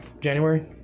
January